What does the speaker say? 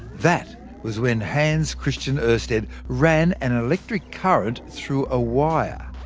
that was when hans christian oersted ran an electric current through a wire.